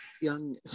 Young